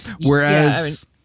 whereas